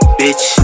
bitch